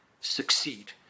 succeed